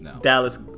Dallas